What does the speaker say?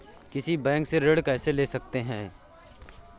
किसी बैंक से ऋण कैसे ले सकते हैं?